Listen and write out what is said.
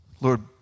Lord